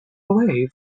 away